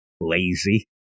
Lazy